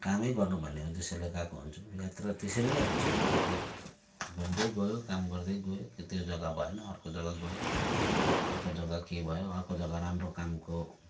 कामै गर्नु भन्ने उद्देश्यले गएको हुन्छौँ यात्रा त्यसरी नै हुन्छ या घुम्दै गयो काम गर्दै गयो त्यो जग्गा भएन अर्को जग्गा गयो अर्को जग्गा के भयो अर्को जग्गा राम्रो कामको